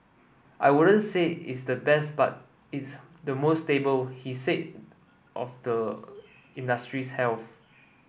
I wouldn't say it's the best but it's the most stable he said of the industry's health